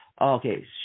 okay